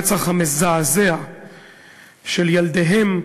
הרצח המזעזע של ילדיהן,